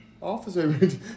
Officer